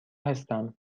هستم